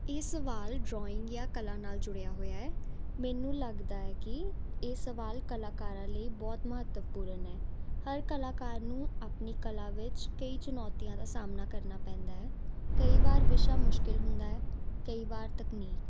ਇਹ ਸਵਾਲ ਡਰਾਇੰਗ ਜਾਂ ਕਲਾ ਨਾਲ ਜੁੜਿਆ ਹੋਇਆ ਹੈ ਮੈਨੂੰ ਲੱਗਦਾ ਹੈ ਕਿ ਇਹ ਸਵਾਲ ਕਲਾਕਾਰਾਂ ਲਈ ਬਹੁਤ ਮਹੱਤਵਪੂਰਨ ਹੈ ਹਰ ਕਲਾਕਾਰ ਨੂੰ ਆਪਣੀ ਕਲਾ ਵਿੱਚ ਕਈ ਚੁਣੌਤੀਆਂ ਦਾ ਸਾਹਮਣਾ ਕਰਨਾ ਪੈਂਦਾ ਹੈ ਕਈ ਵਾਰ ਵਿਸ਼ਾ ਮੁਸ਼ਕਿਲ ਹੁੰਦਾ ਹੈ ਕਈ ਵਾਰ ਤਕਨੀਕ